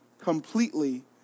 completely